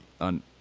on